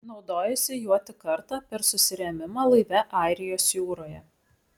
naudojosi juo tik kartą per susirėmimą laive airijos jūroje